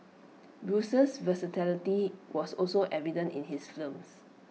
Bruce's versatility was also evident in his films